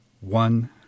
one